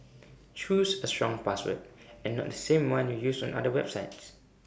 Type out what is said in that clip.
choose A strong password and not the same one you use on other websites